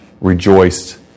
rejoiced